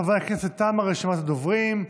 חברי הכנסת, תמה רשימת הדוברים.